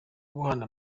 guhana